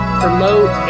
promote